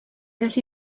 gallu